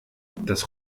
das